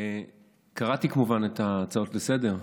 קראתי כמובן את ההצעות לסדר-היום,